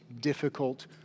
difficult